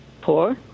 poor